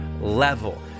level